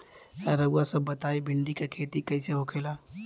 रउआ सभ बताई भिंडी क खेती कईसे होखेला?